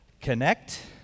connect